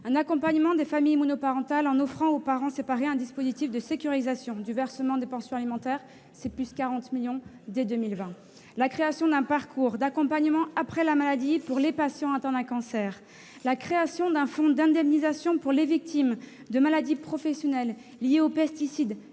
un accompagnement des familles monoparentales, en offrant aux parents séparés un dispositif de sécurisation du versement des pensions alimentaires : plus de 40 millions d'euros seront consacrés à cette mesure dès 2020. Il prévoit aussi la création d'un parcours d'accompagnement après la maladie pour les patients atteints d'un cancer, la création d'un fonds d'indemnisation pour les victimes des maladies professionnelles liées aux pesticides,